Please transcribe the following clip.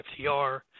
FTR